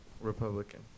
Republican